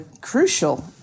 crucial